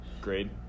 Grade